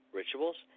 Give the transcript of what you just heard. rituals